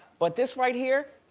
but this right here,